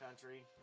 country